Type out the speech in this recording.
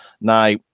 Now